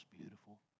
beautiful